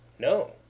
no